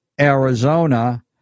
Arizona